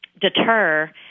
deter